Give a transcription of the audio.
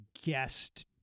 guest